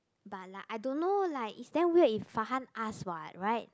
but like I don't know like it's damn weird if Farhan ask what right